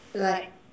like